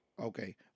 Okay